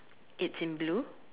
it's in blue